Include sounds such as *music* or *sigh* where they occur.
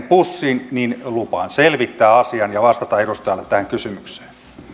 *unintelligible* pussiin niin lupaan selvittää asian ja vastata edustajalle tähän kysymykseen